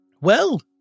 Well